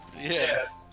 yes